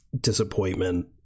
Disappointment